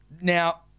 Now